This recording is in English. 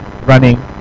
Running